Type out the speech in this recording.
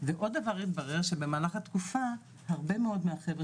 ועוד דבר התברר שבמהלך התקופה הרבה מאוד מהחברה